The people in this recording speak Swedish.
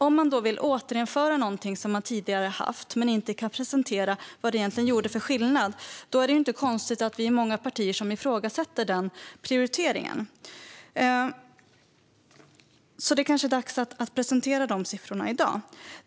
Om man vill återinföra något som tidigare har funnits, men inte kan presentera vilken skillnad det gjorde, är det inte konstigt att det är många partier som ifrågasätter den prioriteringen. Det är kanske dags att presentera de siffrorna i dag.